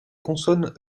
consonne